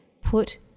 put